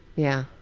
yeah.